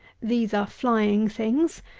these are flying things,